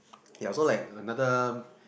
yeah so like another